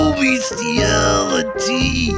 bestiality